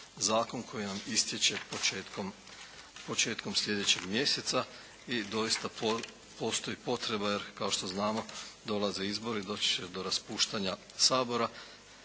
zakon koji nam istječe početkom slijedećeg mjeseca i doista postoji potreba, jer kao što znamo dolaze izbori. Doći će do raspuštanja Sabora.